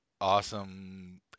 awesome